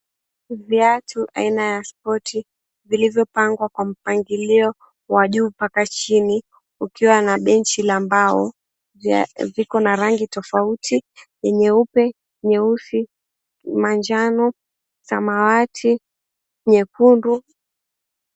Viatu aina ya spoti, vilivyopangwa kwa mpangilio wa juu mpaka chini, kukiwa na benchi la mbao. Viko na rangi tofauti ya nyeupe, nyeusi, manjano, samawati, nyekundu.